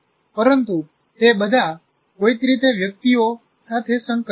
પરંતુ તે બધા કોઈક રીતે વ્યક્તિઓ સાથે સંકલિત છે